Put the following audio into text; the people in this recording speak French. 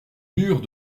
mûres